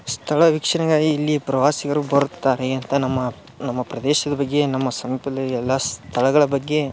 ಸ್ಥಳ ವೀಕ್ಷಣೆಗಾಗಿ ಇಲ್ಲಿ ಪ್ರವಾಸಿಗರು ಬರುತ್ತಾರೆ ಅಂತ ನಮ್ಮ ನಮ್ಮ ಪ್ರದೇಶದ ಬಗ್ಗೆ ನಮ್ಮ ಸಮೀಪದ ಎಲ್ಲ ಸ್ಥಳಗಳ ಬಗ್ಗೆ